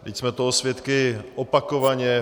Vždyť jsme toho svědky opakovaně.